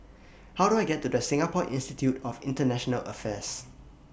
How Do I get to Singapore Institute of International Affairs